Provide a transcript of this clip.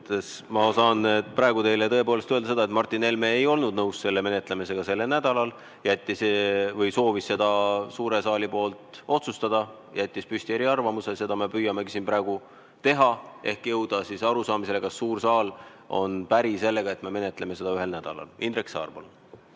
Ma saan praegu tõepoolest öelda seda, et Martin Helme ei olnud nõus selle menetlemisega sellel nädalal, ta soovis lasta seda suurel saalil otsustada ja jättis püsti eriarvamuse. Seda me püüamegi siin praegu teha ehk jõuda arusaamisele, kas suur saal on päri sellega, et me menetleme neid asju ühel nädalal. Indrek Saar, palun!